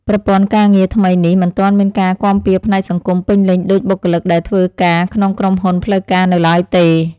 ប្រព័ន្ធការងារថ្មីនេះមិនទាន់មានការគាំពារផ្នែកសង្គមពេញលេញដូចបុគ្គលិកដែលធ្វើការក្នុងក្រុមហ៊ុនផ្លូវការនៅឡើយទេ។